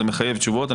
זה מחייב תשובות.